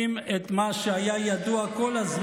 איזה הזיה, אלוהים.